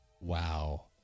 wow